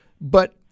but-